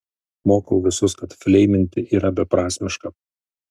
mokau visus kad fleiminti yra beprasmiška